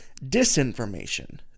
disinformation